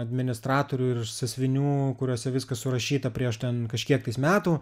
administratorių ir sąsiuvinių kuriuose viskas surašyta prieš ten kažkiek metų